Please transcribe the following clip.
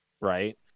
right